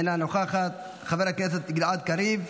אינה נוכחת, חבר הכנסת גלעד קריב,